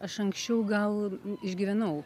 aš anksčiau gal išgyvenau